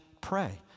pray